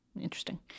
interesting